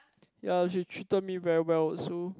ya she treated me very well also